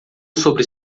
sobre